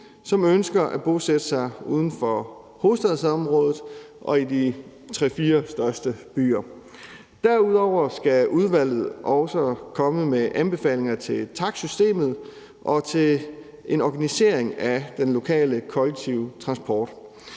som ønsker at bosætte sig uden for hovedstadsområdet og i de tre, fire største byer. Derudover skal udvalget også komme med anbefalinger til takstsystemet og til en organisering af den lokale kollektiv transport.